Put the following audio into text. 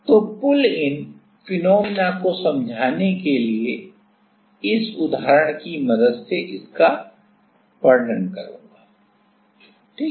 तो pull in phenomena को समझाने के लिए इस उदाहरण की मदद से इसका वर्णन करूँगा ठीक है